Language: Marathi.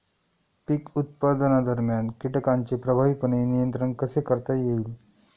पीक उत्पादनादरम्यान कीटकांचे प्रभावीपणे नियंत्रण कसे करता येईल?